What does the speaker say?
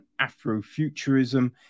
Afrofuturism